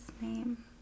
name